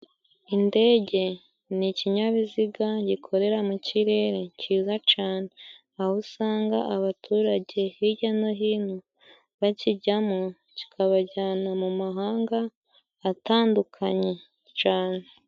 Indege ni ikinyabiziga gikorera mu kirere cyiza cane aho usanga abaturage hirya no hino bakijyamo kikabajyana mu mahanga atandukanye cane